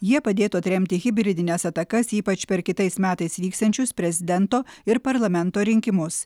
jie padėtų atremti hibridines atakas ypač per kitais metais vyksiančius prezidento ir parlamento rinkimus